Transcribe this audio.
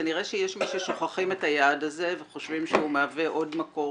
ונראה שיש מי ששוכחים את היעד הזה וחושבים שהוא מהווה עוד מקור